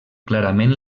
clarament